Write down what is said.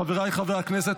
חבריי חברי הכנסת,